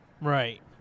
Right